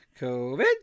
COVID